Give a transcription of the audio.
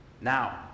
Now